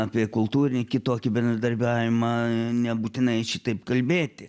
apie kultūrinį kitokį bendradarbiavimą nebūtinai šitaip kalbėti